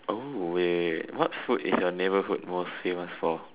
oh wait wait wait what food is your neighbourhood most famous for